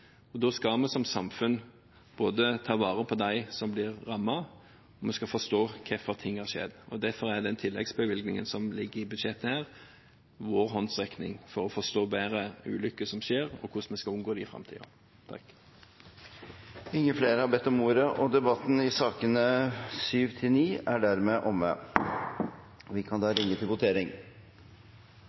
kontroll. Da skal vi som samfunn ta vare på dem som blir rammet, og vi skal forstå hvorfor ting har skjedd. Derfor er den tilleggsbevilgningen som ligger i budsjettet, vår håndsrekning for bedre å forstå ulykker som skjer, og hvordan vi skal unngå dem i framtiden. Flere har ikke bedt om ordet til sakene nr. 7–9. Under debatten er det satt fram i alt fem forslag. Det er forslagene nr. 1–3, fra Marianne Aasen på vegne av Arbeiderpartiet, Senterpartiet og